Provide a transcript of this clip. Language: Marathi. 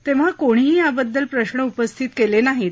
तेव्हा कोणीही याबद्दल प्रश्र उपस्थित केले नाहीत